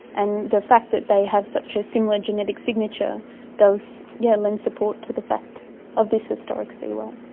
and the fact that they have such a similar genetic signature does yeah lend support to the fact of this historic seaway.